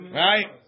right